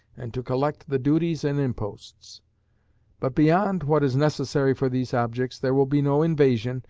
and to collect the duties and imposts but beyond what is necessary for these objects there will be no invasion,